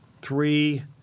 three